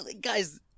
guys